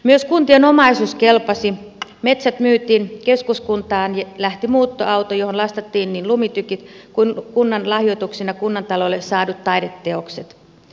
myös kuntien omaisuus kelpasi metsät myytiin keskuskuntaan lähti muuttoauto johon lastattiin niin lumitykit kuin kunnan lahjoituksina kunnantalolle saadut taideteokset